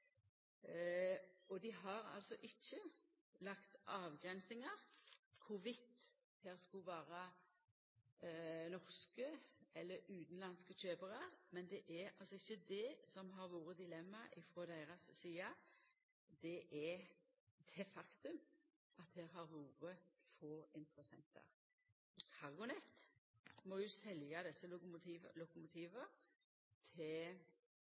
Dei har ikkje lagt avgrensingar på om det skulle vera norske eller utanlandske kjøparar. Det er altså ikkje det som har vore dilemmaet frå deira side – det er det faktumet at det har vore få interessentar. CargoNet må selja desse lokomotiva til